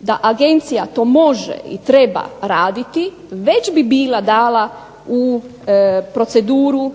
da Agencija to može i treba raditi već bi bila dala u proceduru,